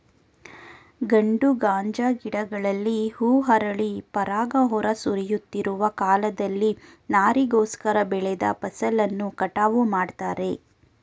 ಗಂಡು ಗಾಂಜಾ ಗಿಡಗಳಲ್ಲಿ ಹೂ ಅರಳಿ ಪರಾಗ ಹೊರ ಸುರಿಯುತ್ತಿರುವ ಕಾಲದಲ್ಲಿ ನಾರಿಗೋಸ್ಕರ ಬೆಳೆದ ಫಸಲನ್ನು ಕಟಾವು ಮಾಡ್ತಾರೆ